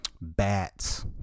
Bats